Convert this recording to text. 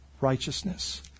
righteousness